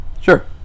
Sure